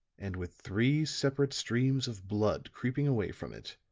and with three separate streams of blood creeping away from it,